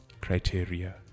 Criteria